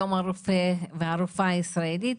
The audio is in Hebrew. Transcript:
יום הרופא והרופאה הישראלית.